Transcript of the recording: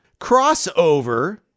Crossover